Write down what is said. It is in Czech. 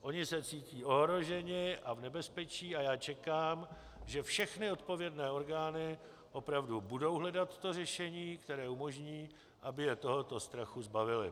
Oni se cítí ohroženi a v nebezpečí a já čekám, že všechny odpovědné orgány opravdu budou hledat to řešení, které umožní, aby je tohoto strachu zbavily.